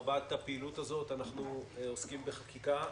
רבת הפעילות הזאת: אנחנו עוסקים בחקיקה.